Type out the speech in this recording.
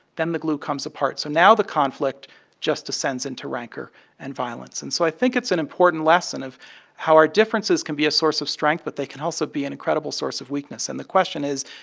then the glue comes apart. so now the conflict just descends into rancor and violence. and so i think it's an important lesson of how our differences can be a source of strength, but they can also be an incredible source of weakness. and the question is,